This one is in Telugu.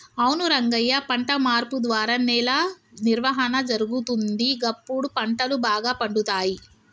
అవును రంగయ్య పంట మార్పు ద్వారా నేల నిర్వహణ జరుగుతుంది, గప్పుడు పంటలు బాగా పండుతాయి